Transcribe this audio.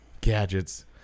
Gadgets